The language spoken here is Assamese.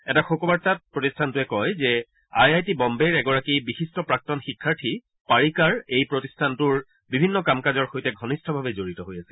এটা শোকবাৰ্তাত প্ৰতিষ্ঠানটোৱে কয় যে আই আই টি বম্বেৰ এগৰাকী বিশিষ্ট প্ৰাক্তন শিক্ষাৰ্থী পাৰিকাৰ এই প্ৰতিষ্ঠানটোৰ বিভিন্ন কাম কাজৰ সৈতে ঘনিষ্ঠভাৱে জড়িত হৈ আছিল